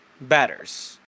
batters